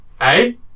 hey